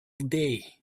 day